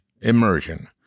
Immersion